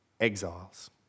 exiles